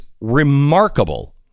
remarkable